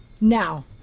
Now